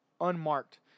unmarked